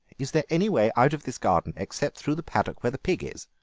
is there any way out of this garden except through the paddock where the pig is?